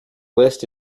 list